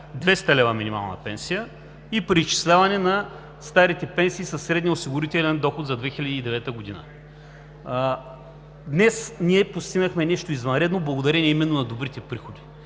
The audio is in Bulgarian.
200 лв. минимална пенсия и преизчисляване на старите пенсии със средния осигурителен доход за 2019 г. Днес постигнахме нещо извънредно, благодарение именно на добрите приходи.